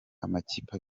amakipe